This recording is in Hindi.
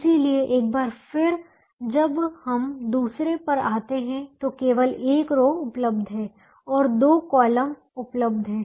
इसलिए एक बार फिर जब हम दूसरे पर आते हैं तो केवल एक रो उपलब्ध है और दो कॉलम उपलब्ध हैं